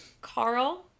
Carl